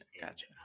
Gotcha